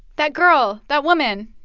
that girl that woman.